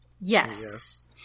Yes